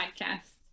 podcast